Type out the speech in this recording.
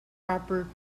proper